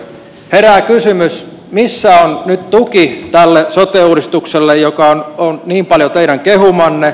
herää kysymys missä on nyt tuki tälle sote uudistukselle joka on niin paljon teidän kehumanne